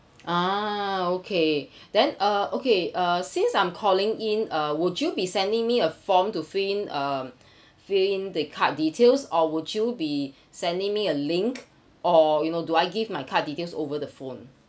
ah okay then uh okay uh since I'm calling in uh would you be sending me a form to fill in uh fill in the card details or would you be sending me a link or you know do I give my card details over the phone